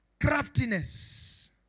Craftiness